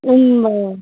उम्